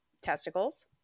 testicles